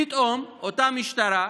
פתאום, אותה משטרה,